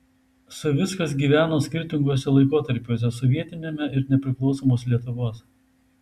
savickas gyveno skirtinguose laikotarpiuose sovietiniame ir nepriklausomos lietuvos